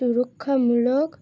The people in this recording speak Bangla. সুরক্ষামূলক